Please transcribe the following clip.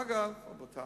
אגב, רבותי,